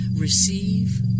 Receive